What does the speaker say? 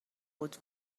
بود